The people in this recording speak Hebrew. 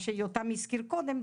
מה שיותם הזכיר קודם,